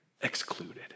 excluded